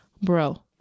Bro